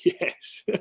yes